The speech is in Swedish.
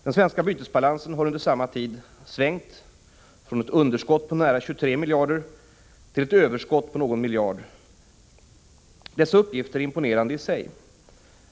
Den svenska bytesbalansen har under samma tid svängt från ett underskott på nära 23 miljarder till ett överskott på någon miljard. Dessa uppgifter är imponerande i sig.